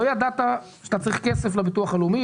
לא ידעת שאתה צריך כסף לביטוח הלאומי?